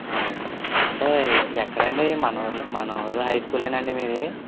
అంటే ఎక్కడండి మన ఊర్లో మన ఊరు హై స్కూల్ ఏనా అండి మీది